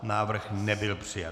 Návrh nebyl přijat.